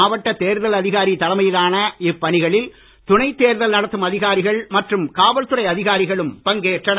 மாவட்ட தேர்தல் அதிகாரி தலைமையிலான இப்பணிகளில் துணைத் தேர்தல் நடத்தும் அதிகாரிகள் மற்றும் காவல்துறை அதிகாரிகளும் பங்கேற்றனர்